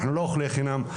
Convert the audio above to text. אנחנו לא אוכלי חינם.